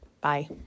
Bye